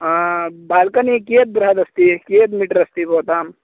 balcony कियद्बृहदस्ति कियत् metre अस्ति भवताम्